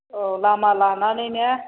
औ लामा लानानै ने